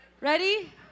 Ready